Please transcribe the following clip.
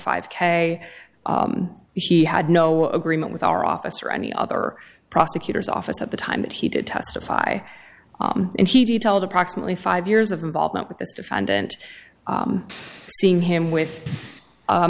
five k he had no agreement with our office or any other prosecutor's office at the time that he did testify and he told approximately five years of involvement with this defendant seeing him with a